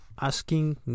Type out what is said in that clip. asking